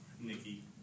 Nikki